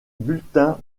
bulletin